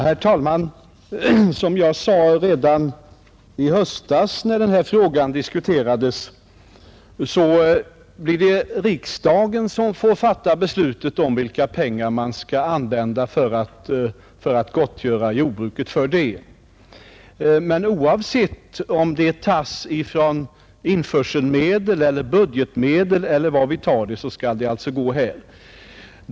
Herr talman! Som jag sade redan i höstas när denna fråga diskuterades blir det riksdagen som får fatta beslut om vilka pengar som skall användas för att gottgöra jordbrukarna för deras förluster. Oavsett om pengarna tas från införselmedel eller budgetmedel skall beslutet fattas av riksdagen.